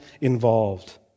involved